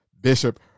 Bishop